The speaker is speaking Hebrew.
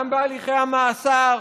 גם בהליכי המאסר,